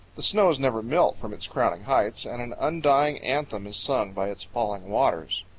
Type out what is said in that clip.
the snows never melt from its crowning heights, and an undying anthem is sung by its falling waters.